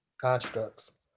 constructs